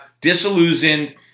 disillusioned